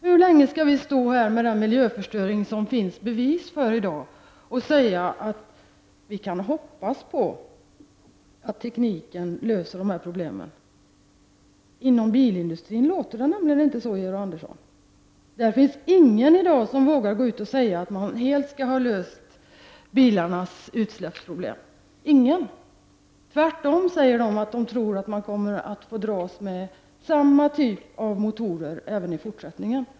Hur länge skall vi stå här med den miljöförstöring som det finns bevis för i dag och säga att vi kan hoppas på att tekniken löser problemen? Inom bilindustrin låter det nämligen inte så, Georg Andersson. Det finns där i dag ingen som vågar gå ut och säga att man helt kommer att lösa problemen med bilismens utsläpp. Tvärtom sägs det att man tror att vi kommer att få dras med samma typ av motorer även i fortsättningen.